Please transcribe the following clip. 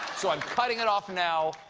so i'm cutting it off now.